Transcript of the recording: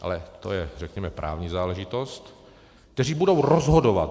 Ale to je řekněme právní záležitost, kteří budou rozhodovat.